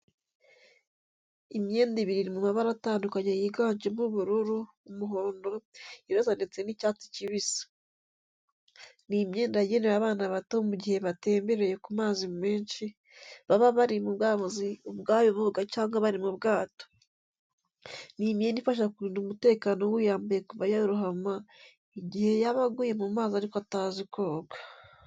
Imyenda ibiri iri mu mabara atandukanye yiganjemo ubururu, umuhondo, iroza ndetse n'icyatsi kibisi. Ni imyenda yagenewe abana bato mu gihe batembereye ku mazi menshi, baba bari mu mazi ubwayo boga cyangwa bari mu bwato. Ni imyenda ifasha kurinda umutekano w'uyambaye kuba yarohama igiye yaba aguye mu mazi ariko atazi koga.